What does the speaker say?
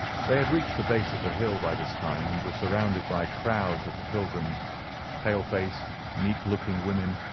they had reached the base of the hill by this time, and were surrounded by crowds of the pilgrims pale-faced meek-looking women,